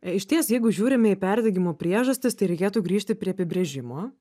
išties jeigu žiūrime į perdegimo priežastis tai reikėtų grįžti prie apibrėžimo